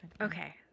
Okay